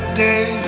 day